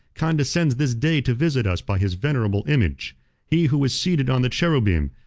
condescends this day to visit us by his venerable image he who is seated on the cherubim,